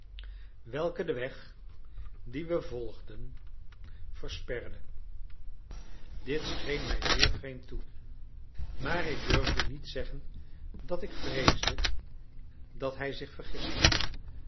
welke den weg dien we volgden versperde dit scheen mij zeer vreemd toe maar ik durfde niet zeggen dat ik vreesde dat hij zich